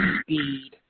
speed